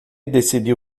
decidiu